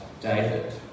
David